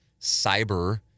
cyber